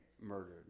murdered